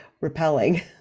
repelling